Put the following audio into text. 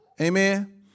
Amen